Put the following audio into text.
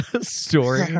story